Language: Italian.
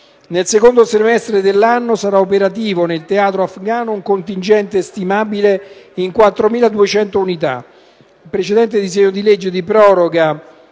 Nel secondo semestre dell'anno, sarà operativo nel teatro afgano un contingente stimabile in 4.200 unità. Il precedente decreto-legge di proroga